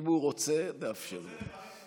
אם הוא רוצה, נאפשר לו.